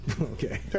Okay